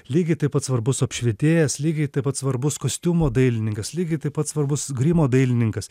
lygiai taip pat svarbus apšvietėjas lygiai taip pat svarbus kostiumo dailininkas lygiai taip pat svarbus grimo dailininkas